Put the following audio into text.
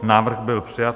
Návrh byl přijat.